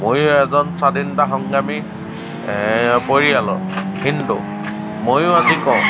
মইয়ো এজন স্ৱাধীনতা সংগ্ৰামী পৰিয়ালৰ কিন্তু মইয়ো আজি কওঁ